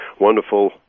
wonderful